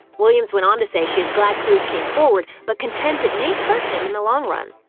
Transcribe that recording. williams went on to say she is glad crews came forward, but contends it may hurt him in the long run.